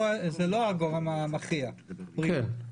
זה לא הגורם המכריע, הבריאות.